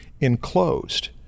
enclosed